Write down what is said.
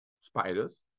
spiders